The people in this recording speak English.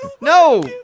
no